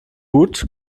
gut